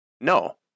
No